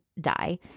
die